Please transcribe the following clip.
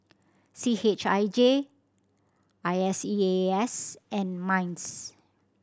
C H I J I S E A S and MINDS